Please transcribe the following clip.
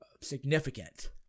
significant